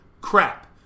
crap